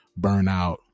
burnout